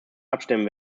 abstimmen